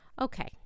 Okay